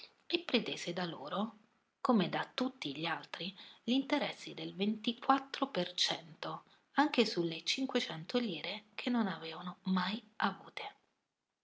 e pretese da loro come da tutti gli altri gl'interessi del ventiquattro per cento anche su le cinquecento lire che non avevano mai avute